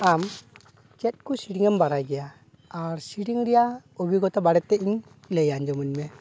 ᱟᱢ ᱪᱮᱫ ᱠᱚ ᱥᱮᱨᱮᱧ ᱮᱢ ᱵᱟᱲᱟᱭ ᱜᱮᱭᱟ ᱟᱨ ᱥᱮᱨᱮᱧ ᱨᱮᱭᱟᱜ ᱚᱵᱷᱤᱜᱚᱛᱟ ᱵᱟᱲᱮᱛᱮ ᱤᱧ ᱞᱟᱹᱭ ᱟᱡᱚᱢᱟᱹᱧ ᱢᱮ